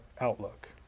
outlook